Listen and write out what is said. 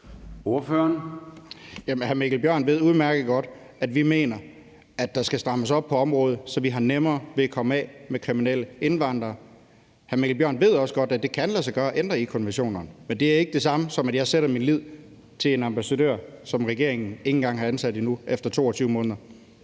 hr. Mikkel Bjørn ved udmærket godt, at vi mener, at der skal strammes op på området, så vi har nemmere ved at komme af med kriminelle indvandrere. Hr. Mikkel Bjørn ved også godt, at det kan lade sig gøre at ændre i konventionerne, men det er ikke det samme, som at jeg sætter min lid til en ambassadør, som regeringen ikke engang har ansat nu – efter 22 måneder.